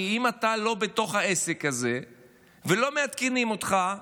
כי אם אתה לא בתוך העסק הזה ולא מעדכנים אותך,